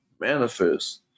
manifest